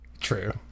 True